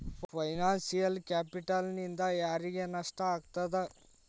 Financial ಕ್ಯಾಪಿಟಲ್ನಿಂದಾ ಯಾರಿಗ್ ನಷ್ಟ ಆಗ್ತದ?